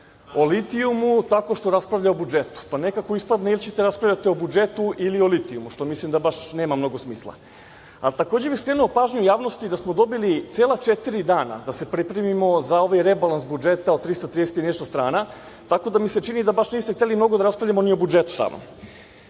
o litijumu tako što raspravlja o budžetu, pa nekako ispadne ili ćete da raspravljate o budžetu ili o litijumu, što mislim da nema baš mnogo smisla. A takođe bih skrenuo pažnju javnosti da smo dobili cela četiri dana da se pripremimo za ovaj rebalans budžeta od 330 i nešto strana, tako da mi se čini da baš niste hteli mnogo da raspravljamo ni o budžetu